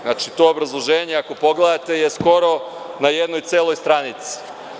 Znači, to obrazloženje, ako pogledate, je skoro na jednoj celoj stranici.